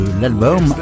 l'album